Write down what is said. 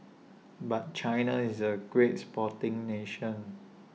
but China is A great sporting nation